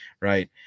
right